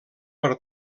per